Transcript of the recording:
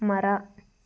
ಮರ